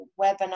webinar